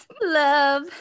love